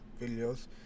videos